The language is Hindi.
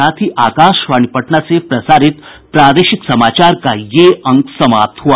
इसके साथ ही आकाशवाणी पटना से प्रसारित प्रादेशिक समाचार का ये अंक समाप्त हुआ